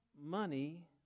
money